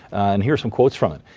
and here are some quotes from it.